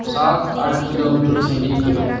ᱥᱟᱛᱼᱟᱴ ᱥᱟᱺᱜᱤᱧ ᱠᱚᱨᱮ